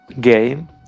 game